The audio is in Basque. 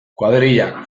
kuadrillak